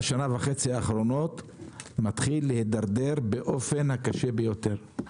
שנה וחצי האחרונות מתחיל להתדרדר באופן הקשה ביותר.